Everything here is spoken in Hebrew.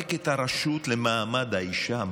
לפרק את הרשות למעמד האישה?